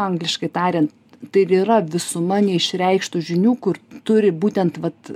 angliškai tariant tai ir yra visuma neišreikštų žinių kur turi būtent vat